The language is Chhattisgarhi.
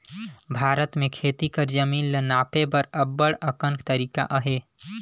भारत में खेती कर जमीन ल नापे कर अब्बड़ अकन तरीका अहे